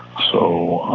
so,